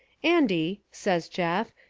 andy, says jeff,